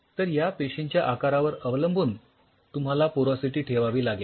तर पेशींच्या आकारावर अवलंबून तुम्हाला पोरॉसिटी ठेवावी लागेल